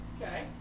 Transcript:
okay